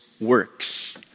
works